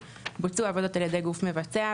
בוצעו העבודות על ידי גוף מבצע,